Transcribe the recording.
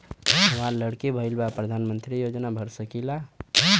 हमार लड़की भईल बा प्रधानमंत्री योजना भर सकीला?